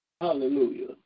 hallelujah